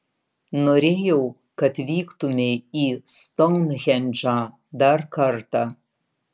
norėjau kad vyktumei į stounhendžą dar kartą